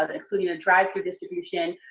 um including a drive-through distribution.